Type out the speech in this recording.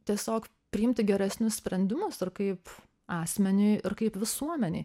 tiesiog priimti geresnius sprendimus ir kaip asmeniui ir kaip visuomenei